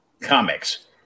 comics